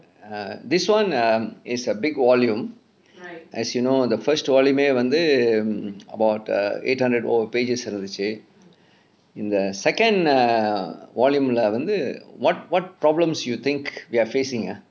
err this [one] err is a big volume as you know the first volume eh வந்து:vanthu about uh eight hundred over pages இருந்துச்சு இந்த:irunthuchu intha second err err volume இல்ல வந்து:illa vanthu what what problems you think we are facing ah